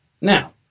Now